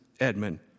Edmund